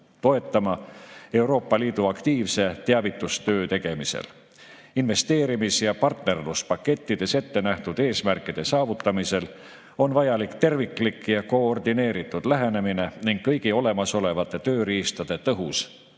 toetada Euroopa Liidu aktiivse teavitustöö tegemist. Investeerimis‑ ja partnerluspakettides ettenähtud eesmärkide saavutamisel on vajalik terviklik ja koordineeritud lähenemine ning kõigi olemasolevate tööriistade tõhus